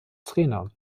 trainer